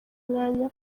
umwanya